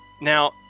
Now